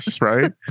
right